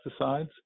pesticides